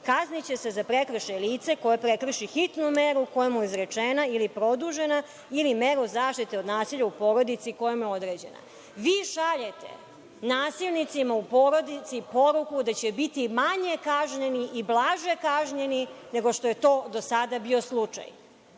kazniće se za prekršaj lice koje prekrši hitnu meru koja mu je izrečena ili produžena ili meru zaštite od nasilja u porodici koja mu je određena. Vi šaljete nasilnicima u porodici poruku da će biti manje kažnjeni i blaže kažnjeni, nego što je to do sada bio slučaj.